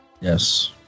Yes